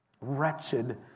Wretched